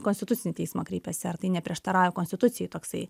konstitucinį teismą kreipiasi ar tai neprieštarauja konstitucijai toksai